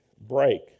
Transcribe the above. break